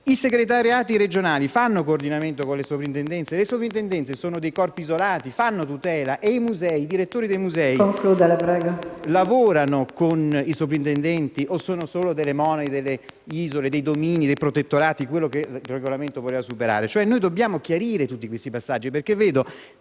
I segretariati regionali fanno coordinamento con le Sovrintendenze? E le Sovrintendenze sono dei corpi isolati? Fanno tutela? I direttori dei musei lavorano con i soprintendenti o sono solo delle monadi, delle isole, dei domini, dei protettorati, cioè quello che il regolamento voleva superare? Noi dobbiamo chiarire tutti questi passaggi perché vedo